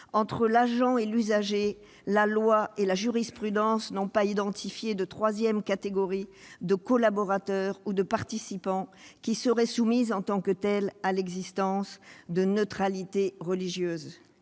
entre l'agent et l'usager, la loi et la jurisprudence n'ont pas identifié de troisième catégorie de collaborateurs ou participants, qui serait soumise en tant que telle à l'exigence de neutralité religieuse